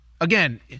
again